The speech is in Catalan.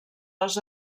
les